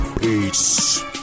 Peace